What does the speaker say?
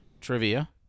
Trivia